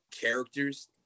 characters